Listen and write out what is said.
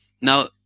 Now